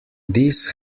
this